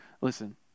Listen